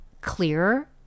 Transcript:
clearer